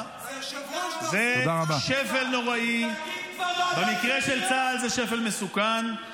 למרות שעל פי חוק הוא יכול לראות את זה ויש לו סיווג יותר גדול מהשופטת.